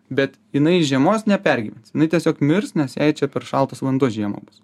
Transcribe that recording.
bet jinai žiemos nepergyvens tiesiog mirs nes jai čia per šaltas vanduo žiemą bus